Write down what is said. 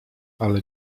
ale